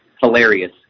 hilarious